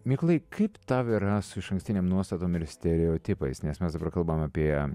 mykolai kaip tau yra su išankstinėm nuostatom ir stereotipais nes mes dabar kalbam apie